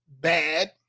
bad